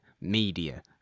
media